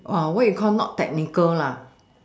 what you call not technical lah